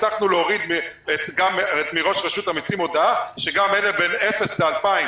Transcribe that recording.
הצלחנו להוריד גם מראש רשות המיסים הודעה שגם אלה שבין אפס ל-2,000,